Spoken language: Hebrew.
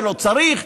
לא צריך.